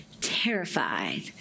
terrified